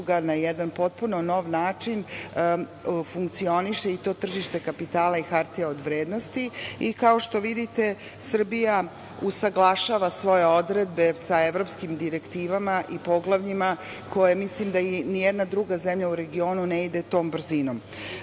Na jedan potpuno nov način funkcioniše i to tržište kapitala i hartija od vrednosti. Kao što vidite, Srbija usaglašava svoje odredbe sa evropskim direktivama i poglavljima za koje mislim ni jedna druga zemlja u regionu ne ide tom brzinom.